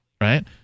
Right